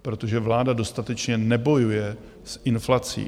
Protože vláda dostatečně nebojuje s inflací.